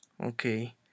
Okay